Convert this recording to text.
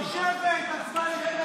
חברי הכנסת,